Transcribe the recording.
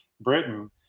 Britain